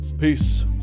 Peace